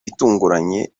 itunguranye